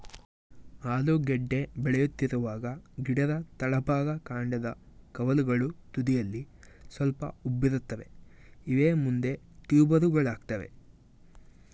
ಆಲೂಗೆಡ್ಡೆ ಬೆಳೆಯುತ್ತಿರುವಾಗ ಗಿಡದ ತಳಭಾಗ ಕಾಂಡದ ಕವಲುಗಳು ತುದಿಯಲ್ಲಿ ಸ್ವಲ್ಪ ಉಬ್ಬಿರುತ್ತವೆ ಇವೇ ಮುಂದೆ ಟ್ಯೂಬರುಗಳಾಗ್ತವೆ